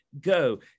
go